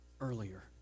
earlier